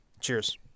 Cheers